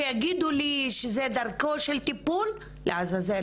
שיגידו לי שזו דרכו של טיפול - לעזאזל.